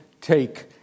take